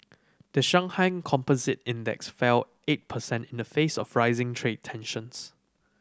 the Shanghai Composite Index fell eight percent in the face of rising trade tensions